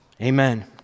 Amen